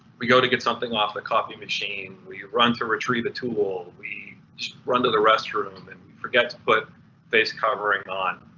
we go to get something off the coffee machine, we run to retrieve the tool, we run to the restroom and forget to put face covering on,